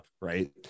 Right